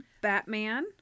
Batman